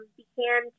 began